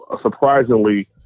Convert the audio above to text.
Surprisingly